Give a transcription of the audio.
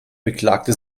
beklagte